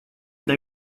they